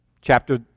Chapter